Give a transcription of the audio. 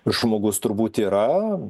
žmogus turbūt yra